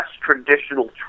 traditional